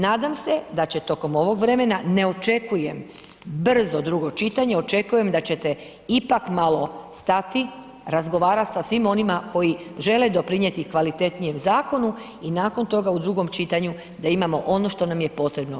Nadam se da će tokom ovog vremena, ne očekujem brzo drugo čitanje, očekujem da ćete ipak malo stati razgovarati sa svim onima koji žele doprinijeti kvalitetnijem zakonu i nakon toga u drugom čitanju da imamo ono što nam je potrebno.